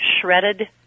shredded